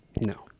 No